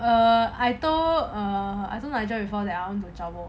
err I told err I told nigel before that